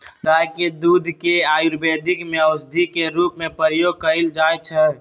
गाय के दूध के आयुर्वेद में औषधि के रूप में प्रयोग कएल जाइ छइ